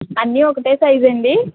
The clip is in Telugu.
అన్నీ ఒకటే సైజా అండి